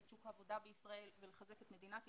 את שוק העבודה בישראל ולחזק את מדינת ישראל,